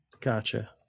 Gotcha